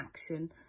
action